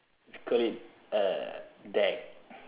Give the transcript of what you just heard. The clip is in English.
let's call it uh dag